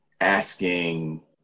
asking